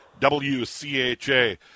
WCHA